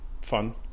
fun